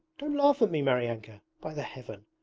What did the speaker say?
don't laugh at me, maryanka! by the heaven!